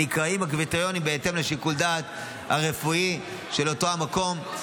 הקריטריונים נקבעים בהתאם לשיקול הדעת הרפואי של אותו המקום.